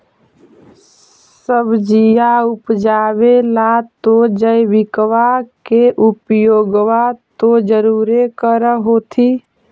सब्जिया उपजाबे ला तो जैबिकबा के उपयोग्बा तो जरुरे कर होथिं?